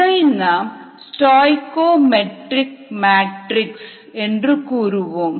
இதை நாம் stoichiometric matrix Ŝ என்று கூறுவோம்